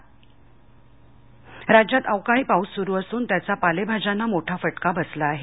भाजी राज्यात अवकाळी पाऊस सुरू असून त्याचा पालेभाज्यांना मोठा फटका बसला आहे